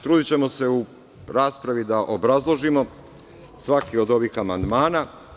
Trudićemo se u raspravi da obrazložimo svaki od ovih amandmana.